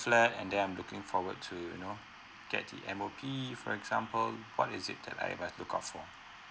flat and then I'm looking forward to you know get the M O P for example what is it that I must look out for